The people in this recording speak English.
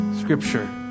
scripture